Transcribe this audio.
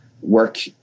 work